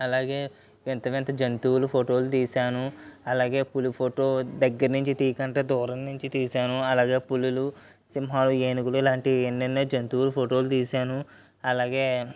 అలాగే వింత వింత జంతువులు ఫోటోలు తీసాను అలాగే పులి ఫోటో దగ్గర నుంచి తీయకుండా దూరం నుంచి తీసాను అలాగే పులులు సింహాలు ఏనుగులు ఇలాంటివి ఎన్నెన్నో జంతువుల ఫోటోలు తీసాను అలాగే